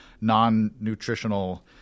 non-nutritional